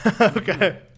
Okay